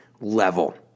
level